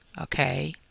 okay